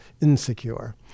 insecure